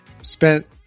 spent